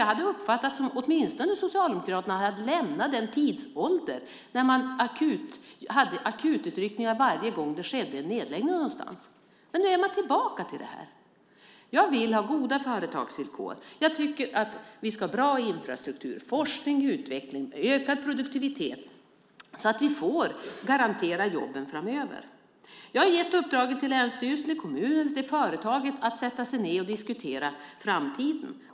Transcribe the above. Jag uppfattade det som att åtminstone Socialdemokraterna hade lämnat den tidsålder när man hade akututryckningar varje gång det skedde en nedläggning någonstans. Men nu är man tillbaka i det. Jag vill ha goda företagsvillkor. Vi ska ha bra infrastruktur, forskning, utveckling och ökad produktivitet så att vi kan garantera jobben framöver. Jag har gett uppdraget till länsstyrelsen, kommunen och företaget att sätta sig ned och diskutera framtiden.